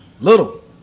little